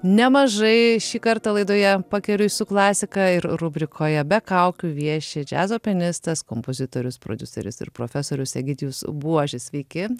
nemažai šį kartą laidoje pakeliui su klasika ir rubrikoje be kaukių vieši džiazo pianistas kompozitorius prodiuseris ir profesorius egidijus buožis sveiki